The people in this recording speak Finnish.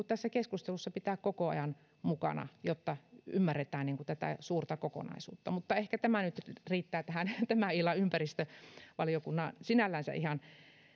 tässä keskustelussa pitää koko ajan mukana jotta ymmärretään tätä suurta kokonaisuutta mutta ehkä tämä nyt riittää tähän tämän illan ympäristövaliokunnan sinällänsä ihan